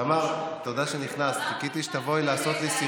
תמר, תודה שנכנסת, רק נכנסתי לרגע,